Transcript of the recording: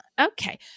okay